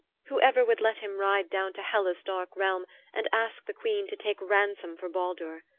whoever would let him ride down to hela's dark realm and ask the queen to take ransom for baldur.